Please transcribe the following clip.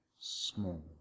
small